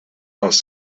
als